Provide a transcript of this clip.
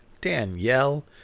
Danielle